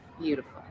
beautiful